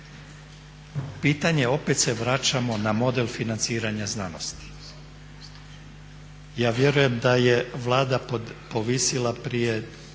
Pitanje, opet se vraćamo na model financiranja znanosti. Ja vjerujem da je Vlada povisila prije